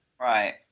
Right